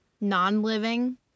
non-living